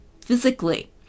physically